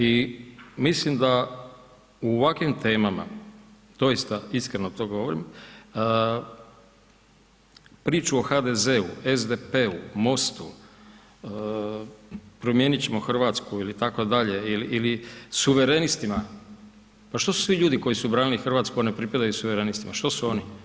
I mislim da u ovakvim temama, doista iskreno to govorim, priču o HDZ-u, SDP-u, MOST-u, Promijenit ćemo Hrvatsku ili tako dalje ili suverenistima, pa što su svi ljudi koji su branili RH, a ne pripadaju suverenistima, što su oni?